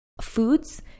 foods